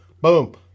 Boom